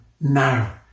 now